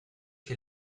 che